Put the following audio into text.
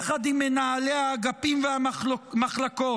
יחד עם מנהלי האגפים והמחלקות.